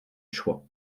choix